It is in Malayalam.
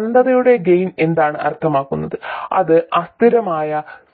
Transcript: അനന്തതയുടെ ഗെയിൻ എന്താണ് അർത്ഥമാക്കുന്നത് അത് അസ്ഥിരമായ